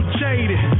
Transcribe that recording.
jaded